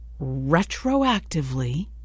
retroactively